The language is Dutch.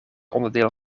onderdeel